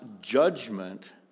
judgment